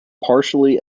partially